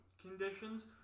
conditions